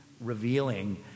revealing